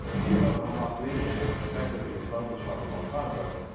even though the hamas leadership effectively disowned the charter a long time ago,